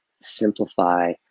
simplify